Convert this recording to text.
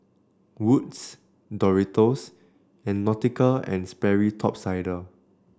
Wood's Doritos and Nautica And Sperry Top Sider